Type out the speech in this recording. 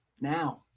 Now